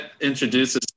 introduces